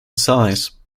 size